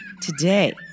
Today